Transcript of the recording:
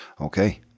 Okay